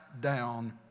down